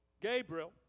Gabriel